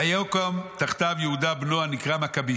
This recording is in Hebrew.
ויקום תחתיו יהודה בנו הנקרא מקבי"